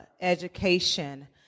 education